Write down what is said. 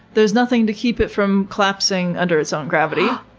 there's nothing to keep it from collapsing under its own gravity.